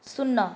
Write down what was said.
ଶୂନ